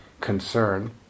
concern